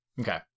Okay